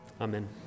Amen